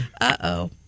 Uh-oh